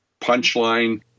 punchline